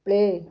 play